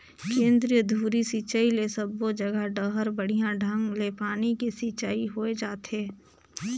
केंद्रीय धुरी सिंचई ले सबो जघा डहर बड़िया ढंग ले पानी के सिंचाई होय जाथे